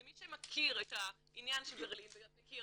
ומי שמכיר את העניין של ברלין ואת כל